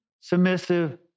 submissive